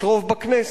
יש רוב בכנסת,